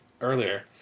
earlier